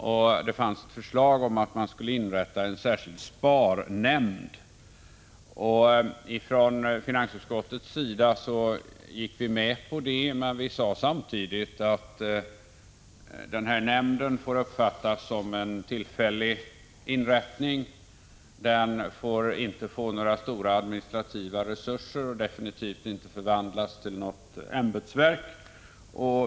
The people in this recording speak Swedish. Det fanns i propositionen ett förslag om att inrätta en särskild SPAR-nämnd. Från finansutskottets sida gick vi med på detta förslag. Men vi sade samtidigt att denna nämnd får uppfattas som en tillfällig inrättning och att den inte får ges några stora administrativa resurser samt definitivt inte 67 Prot. 1985/86:134 förvandlas till något ämbetsverk.